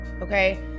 Okay